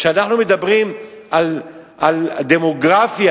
כשאנחנו מדברים על דמוגרפיה,